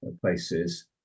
places